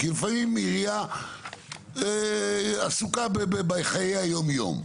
כי לפעמים עירייה עסוקה בחיי היום-יום.